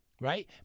right